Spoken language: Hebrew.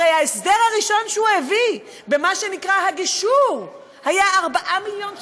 הרי ההסדר הראשון שהוא הביא במה שנקרא הגישור היה על 4 מיליון שקל,